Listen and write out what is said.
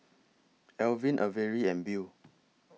Alvin Averi and Bea